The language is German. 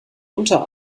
unter